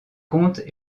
contes